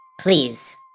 Please